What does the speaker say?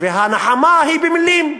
והנחמה היא במילים.